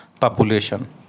population